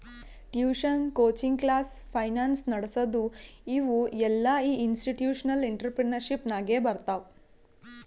tuition, coaching class, finance ನಡಸದು ಇವು ಎಲ್ಲಾಇನ್ಸ್ಟಿಟ್ಯೂಷನಲ್ ಇಂಟ್ರಪ್ರಿನರ್ಶಿಪ್ ನಾಗೆ ಬರ್ತಾವ್